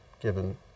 given